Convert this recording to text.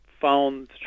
found